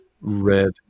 red